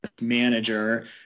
manager